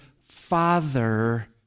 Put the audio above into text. father